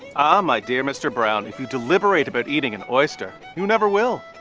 ah, my dear mr. brown, if you deliberate about eating an oyster, you never will.